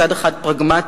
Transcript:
מצד אחד פרגמטיות.